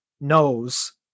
knows